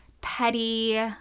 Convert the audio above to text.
petty